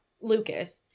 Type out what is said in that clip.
Lucas